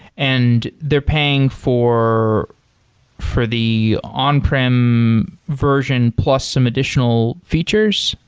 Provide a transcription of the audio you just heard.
and they're paying for for the on-prem version plus some additional features?